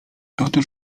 otóż